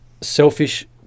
selfish